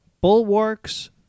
bulwarks